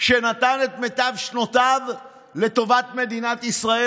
שנתן את מיטב שנותיו לטובת מדינת ישראל